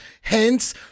hence